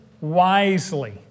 wisely